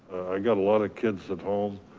i got a lot of kids at home.